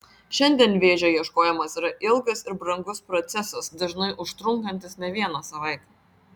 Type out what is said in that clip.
šiandien vėžio ieškojimas yra ilgas ir brangus procesas dažnai užtrunkantis ne vieną savaitę